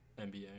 NBA